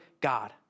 God